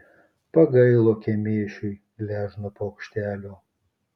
pagailo kemėšiui gležno paukštelio